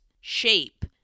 shape